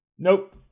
Nope